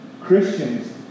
Christians